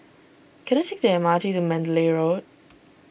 can I take the M R T to Mandalay Road